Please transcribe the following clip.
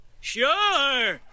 Sure